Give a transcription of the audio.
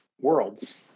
worlds